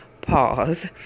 pause